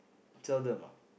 you tell them ah